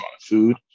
food